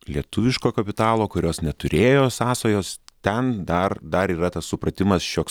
lietuviško kapitalo kurios neturėjo sąsajos ten dar dar yra tas supratimas šioks